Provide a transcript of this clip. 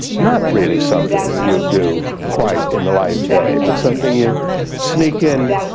not really something you do quite in the light of day, but something you sneaked in